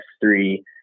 three